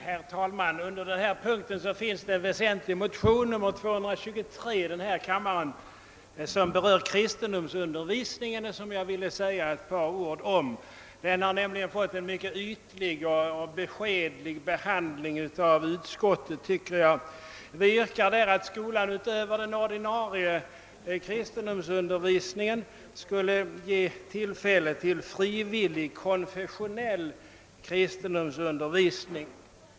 Herr talman! Under denna punkt bes: handlas en väsentlig motion — nr II: 223 — som berör kristendomsundervisningen och som jag vill säga ett par ord om. Den har nämligen fått en mycket ytlig och beskedlig behandling av utskottet. Vi yrkar i motionen att skolan ut över den ordinarie kristendomsundervisningen skall ge tillfälle till frivillig konfessionell kristendomsundervisning.